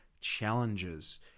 challenges